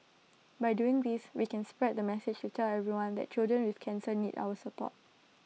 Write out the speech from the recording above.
by doing this we can spread the message to tell everyone that children with cancer need our support